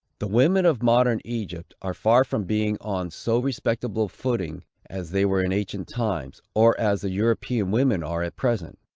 the women of modern egypt are far from being on so respectable a footing as they were in ancient times, or as the european women are at present.